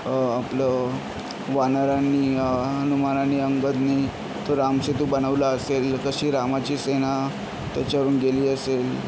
आपलं वानरांनी हनुमानानी अंगदनी तो रामसेतू बनवला असेल कशी रामाची सेना त्याच्यावरून गेली असेल